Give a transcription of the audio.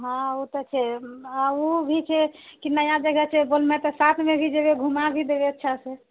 हँ ओ तऽ छै आ ओ भी छै कि नया जगह छै बोलमे तऽ साथमे भी जेबए घुमा भी देबए अच्छासँ